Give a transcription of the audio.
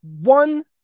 one